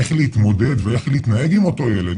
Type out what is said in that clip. איך להתמודד ואיך להתנהג עם אותו הילד.